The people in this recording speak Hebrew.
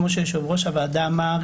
כמו שיושב-ראש הוועדה אמר,